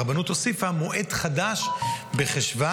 הרבנות הוסיפה מועד חדש בחשוון,